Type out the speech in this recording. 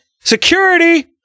Security